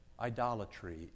Idolatry